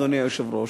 אדוני השר,